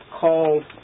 called